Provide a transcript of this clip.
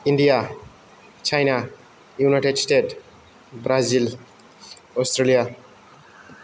India China United State Brazil Australia